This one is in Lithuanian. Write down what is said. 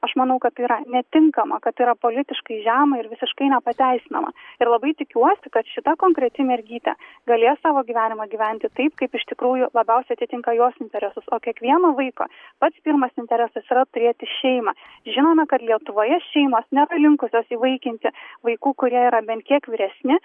aš manau kad tai yra netinkama kad tai yra politiškai žema ir visiškai nepateisinama ir labai tikiuosi kad šita konkreti mergytė galės savo gyvenimą gyventi taip kaip iš tikrųjų labiausiai atitinka jos interesus o kiekvieno vaiko pats pirmas interesas yra turėti šeimą žinome kad lietuvoje šeimos nėra linkusios įvaikinti vaikų kurie yra bent kiek vyresni